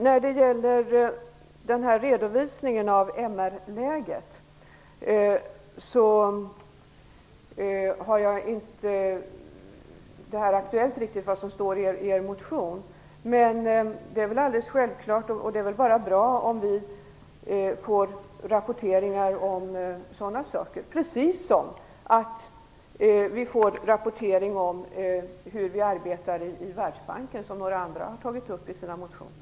När det gäller förslaget om en redovisning av MR läget har jag inte helt klart för mig vad som står i moderaternas motion. Men det är väl självklart att det är bra om vi får rapporter om sådana saker, precis som vi får rapporter om hur man arbetar i Världsbanken, som andra har tagit upp i sina motioner.